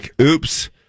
oops